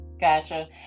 gotcha